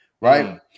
Right